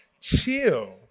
Chill